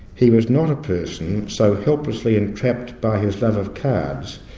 he was not a person so helplessly entrapped by his love of cards,